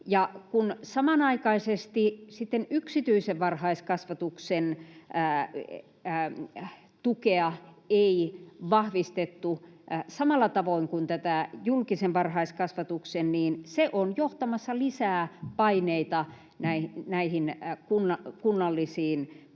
Kun samanaikaisesti sitten yksityisen varhaiskasvatuksen tukea ei vahvistettu samalla tavoin kuin tätä julkisen varhaiskasvatuksen, se on johtamassa lisää paineita näihin kunnallisiin päiväkoteihin.